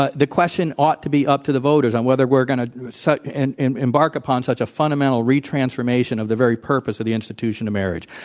ah the question ought to be up to the voters on whether we're going to and and embark upon such a fundamental retransformation of the very purpose of the institution of marriage.